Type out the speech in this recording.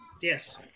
yes